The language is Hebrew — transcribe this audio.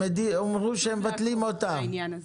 הם אמרו שמבטלים אותה.